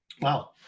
Wow